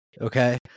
Okay